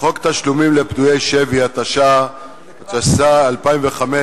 חוק תשלומים לפדויי שבי, התשס"ה 2005,